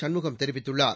சண்முகம் தெரிவித்துள்ளார்